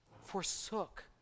forsook